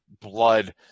blood